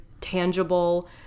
tangible